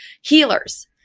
healers